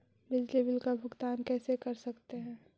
बिजली बिल का भुगतान कैसे कर सकते है?